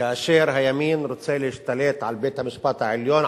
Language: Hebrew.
כאשר הימין רוצה להשתלט על בית-המשפט העליון,